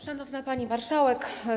Szanowna Pani Marszałek!